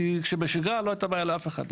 כי בשגרה לא הייתה בעיה לאף אחד.